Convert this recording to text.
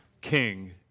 king